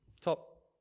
Top